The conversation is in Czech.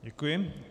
Děkuji.